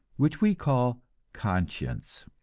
which we call conscience.